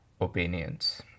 opinions